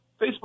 Facebook